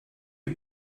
you